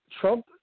Trump